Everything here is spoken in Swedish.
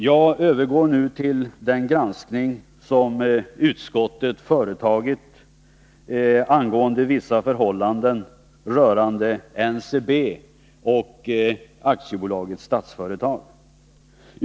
Jag övergår nu till den granskning som utskottet företagit angående vissa förhållanden rörande NCB och AB Statsföretag.